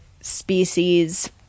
species